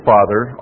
Father